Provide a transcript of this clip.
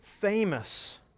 famous